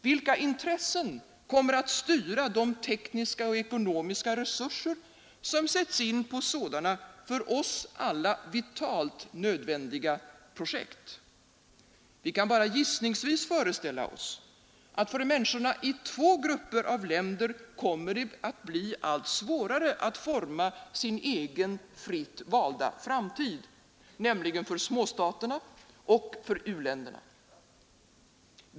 Vilka intressen kommer att styra de tekniska och ekonomiska resurser som sätts in på sådana för oss alla vitalt nödvändiga projekt? Vi kan bara gissningsvis föreställa oss att människorna i två grupper av länder kommer att få allt svårare att forma sin egen, fritt valda framtid, nämligen småstaterna och u-länderna.